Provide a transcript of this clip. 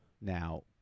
Now